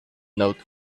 note